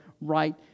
right